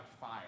fire